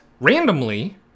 randomly